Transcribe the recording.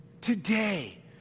Today